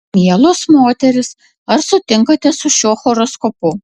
mielos moterys ar sutinkate su šiuo horoskopu